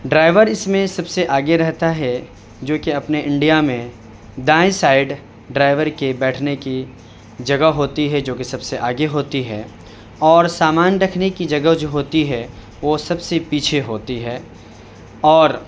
driver اس میں سب سے آگے رہتا ہے جو کہ اپنے انڈیا میں دائیں سائیڈ ڈرائیور کے بیٹھنے کی جگہ ہوتی ہے جو کہ سب سے آگے ہوتی ہے اور سامان رکھنے کی جگہ جو ہوتی ہے وہ سب سے پیچھے ہوتی ہے اور